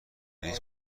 نیست